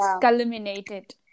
culminated